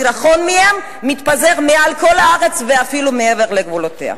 הסירחון מהם מתפזר מעל כל הארץ ואפילו מעבר לגבולותיה.